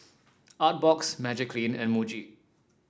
Artbox Magiclean and Muji